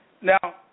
Now